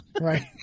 right